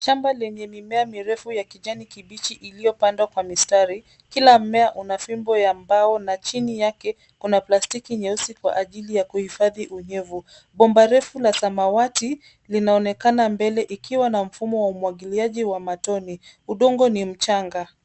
Shamba lenye mimea mirefu ya kijani kibichi iliyopandwa kwa mistari, kila mmea una fimbo ya mbao na chini yake kuna plastiki nyeusi kwa ajili ya kuhifadhi unyevu. Bomba refu la samawati linaonekana mbele ikiwa na mfumo wa umwagiliaji wa matone. Udongo ni mchanga.